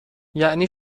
یعنی